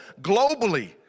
globally